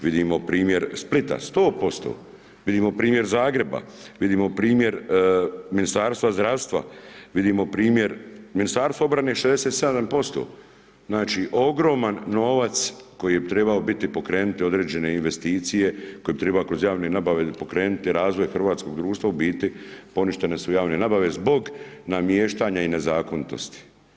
Vidimo primjer Splita, 100%, vidimo primjer Zagreba, vidimo primjer Ministarstva zdravstva, vidimo primjer Ministarstva obrane 67%, znači ogroman novac koji je trebao biti pokrenute određene investicije, koje bi treba kroz javne nabave pokrenuti razvoj hrvatskog društva, u biti, poništene su javne nabave zbog namještaja i nezakonitosti.